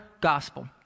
Gospel